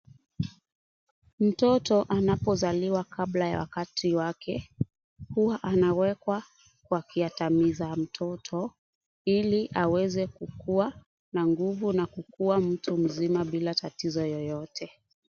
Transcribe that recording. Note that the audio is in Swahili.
Mtoto anapozaliwa kabla ya wakati wake, anawekwa kwa kiatamiza mtoto ili aweze kukua na nguvu na kukua mtu mzima bila kukua na tatizo yoyote.